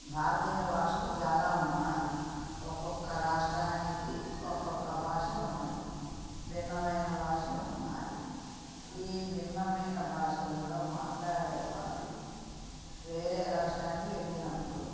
భారతీయ భాషలు చాలా ఉన్నాయి ఒక్కొక్క రాష్ట్రానికి ఒక్కొక్క భాష ఉన్నది భిన్నమైన భాషలు ఉన్నాయి ఈ భిన్నమైన భాషల్లో మాట్లాడేవారు వేరే రాష్ట్రానికి వెళ్ళినప్పుడు